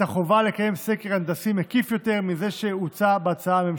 החובה לקיים סקר הנדסי שיהיה מקיף יותר מזה שהוצע בהצעה הממשלתית.